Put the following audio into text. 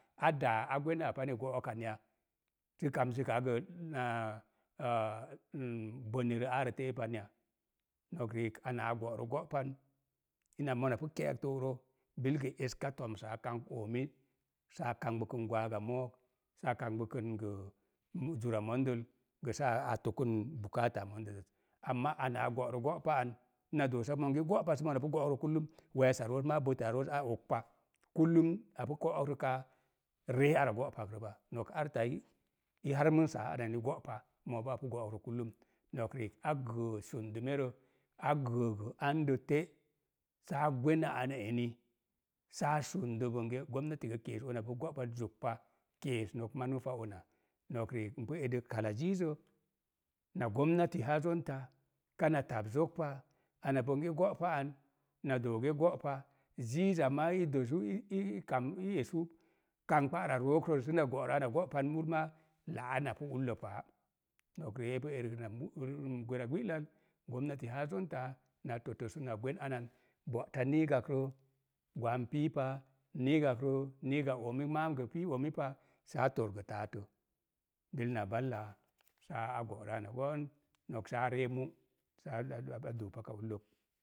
A daa agweno a pane go'okan ya, sə kamsə kaa gə arə te’ pan ya. Nok riik, anaa go'rə go'pan sə mona pu ke'ek to'rə, bil gə eska tomsa a kank oomi, saa kangbukən gə, mu zura mondəl, gə saa tokən mondəz ak. Amaa anaa go'rə go'pa an, ina doosa monge go'pa, sə mona pu go'rəkrə, weesa roos maa a okpa. apu go'okrəkaa, ree ara go'pakrə pa, nok i anani go'pa, mooboo apu go'okrə. Nok riik a gəə sundumerə, a gaə ga andə te’ saa gweno ana eni, saa sundə bonge, gomnati gə kees nok ona. Nok riik npu edək kala ziizə, na gomnati gaa, kama tabs zok pa, ana bonge go'pa an, na doo ge go'pa ziiz a maa i doosu ii i doosu kam i esu kangba ara rook rəz səna girə ana go'pan urmaa pu ullə paa. Nok riik, epa erək rə na gu givera gbilal, gomnati haa na toca səna gween anan, bo'ta niigare rə, gwaam piipa, niigag rə niga oomia maam gə piipa̱ oomi pa saa tor gə taatə. Bil na ballaa, saa gurə ana go'on, nok saa ree mu, saa duu paka ullək.